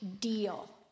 deal